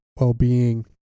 well-being